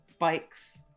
bikes